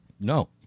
No